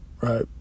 right